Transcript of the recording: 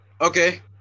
Okay